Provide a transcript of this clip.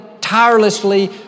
tirelessly